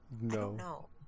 No